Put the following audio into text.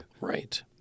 Right